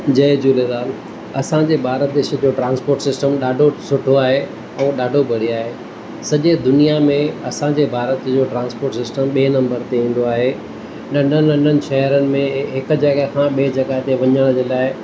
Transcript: जय झूलेलाल असांजे भारत देश जो ट्रांसपोट सिस्टम ॾाढो सुठो आहे ऐं ॾाढो बढ़िया आहे सॼे दुनिया में असांजे भारत जो ट्रांसपोट सिस्टम ॿिए नम्बर ते ईंदो आहे नंढनि नंढनि शहरनि में हिक जॻह खां ॿिए जॻह ते वञण जे लाइ